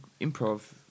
improv